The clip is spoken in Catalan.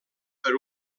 per